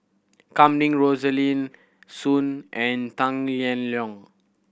Kam Ning Rosaline Soon and Tang Liang